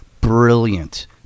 brilliant